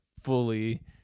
fully